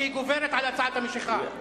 שהיא גוברת על הצעת המשיכה.